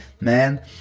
man